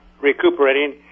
recuperating